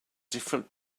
different